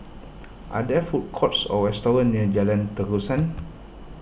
are there food courts or restaurants near Jalan Terusan